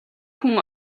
хүн